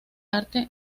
arte